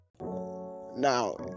Now